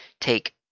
take